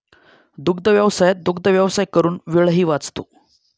दुग्धव्यवसायात दुग्धव्यवसाय करून वेळही वाचतो